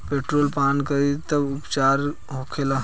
Petrol पान करी तब का उपचार होखेला?